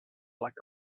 like